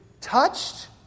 touched